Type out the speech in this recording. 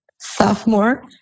sophomore